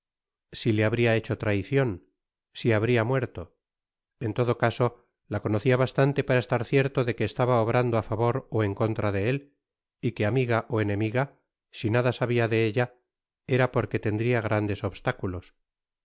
si le habria hecho traicion si habría muerto t en todo casa la conocia bastante para estar cierto de que estaba obrando á favor ó en contra de él y que amiga ó enemiga si nada sabia de ella era porque tendria grandes obstáculos